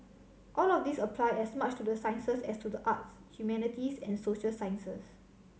all of these apply as much to the sciences as to the arts humanities and social sciences